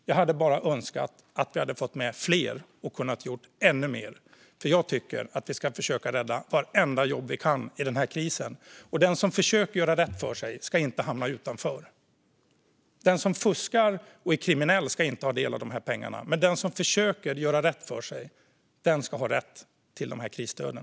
Jag hade bara önskat att vi hade fått med fler och gjort ännu mer. Jag tycker att vi ska försöka rädda vartenda jobb vi kan i krisen. Den som försöker att göra rätt för sig ska inte hamna utanför. Den som fuskar och är kriminell ska inte ha del av pengarna, men den som försöker att göra rätt för sig ska ha rätt till krisstöden.